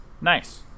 Nice